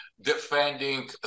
defending